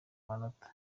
amanota